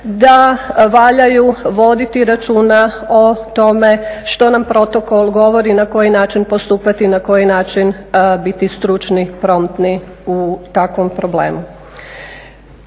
da valjaju voditi računa o tome što nam protokol govori na koji način postupati i na koji način biti stručni, promptni u takvom problemu.